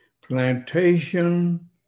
Plantation